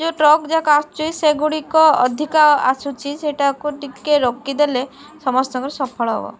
ଯେଉଁ ଟ୍ରକ୍ ଯାକ ଆସୁଛି ସେଗୁଡ଼ିକ ଅଧିକା ଆସୁଛି ସେଇଟାକୁ ଟିକେ ରୋକିଦେଲେ ସମସ୍ତଙ୍କର ସଫଳ ହେବ